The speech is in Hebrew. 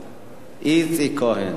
איציק כהן, לא לא,